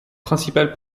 principal